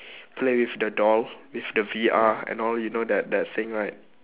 play with the doll with the V_R and all you know that that thing right